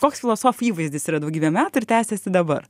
koks filosofų įvaizdis yra daugybę metų ir tęsiasi dabar